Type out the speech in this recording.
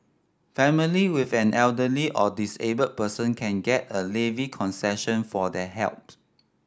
family with an elderly or disabled person can get a levy concession for their helps